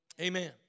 Amen